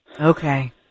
Okay